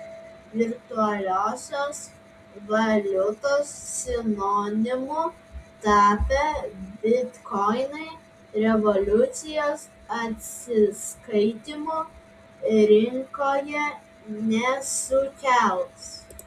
virtualiosios valiutos sinonimu tapę bitkoinai revoliucijos atsiskaitymų rinkoje nesukels